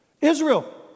Israel